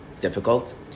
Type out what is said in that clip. difficult